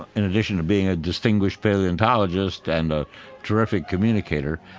in addition to being a distinguished paleontologist and a terrific communicator, ah,